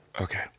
Okay